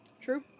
True